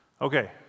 Okay